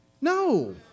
No